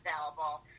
available